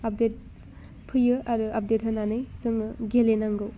update फैयो आरो update होनानै जोङो गेलेनांगौ